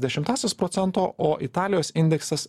dešimtąsias procento o italijos indeksas